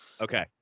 Okay